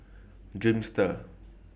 Dreamster